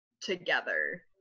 together